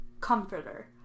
comforter